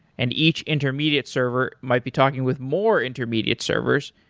and each intermediate server might be talking with more intermediate servers,